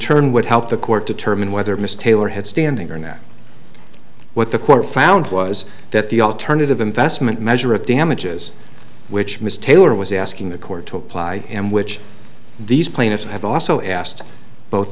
turn would help the court determine whether miss taylor had standing or not what the court found was that the alternative investment measure of damages which mr taylor was asking the court to apply and which these plaintiffs have also asked both